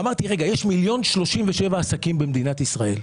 אמרתי שיש מיליון ו-37 אלף עסקים במדינת ישראל.